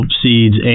seeds